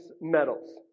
metals